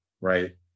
right